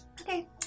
Okay